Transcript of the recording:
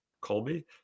Colby